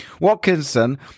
Watkinson